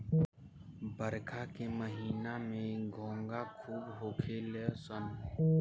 बरखा के महिना में घोंघा खूब होखेल सन